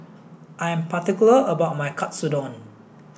I'm particular about my Katsudon